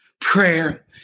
Prayer